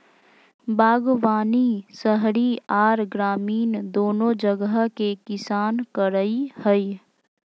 बागवानी शहरी आर ग्रामीण दोनो जगह के किसान करई हई,